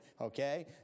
Okay